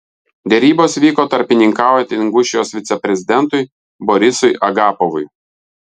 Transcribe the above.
derybos vyko tarpininkaujant ingušijos viceprezidentui borisui agapovui